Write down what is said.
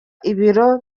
ibiro